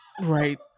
right